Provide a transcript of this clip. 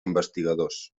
investigadors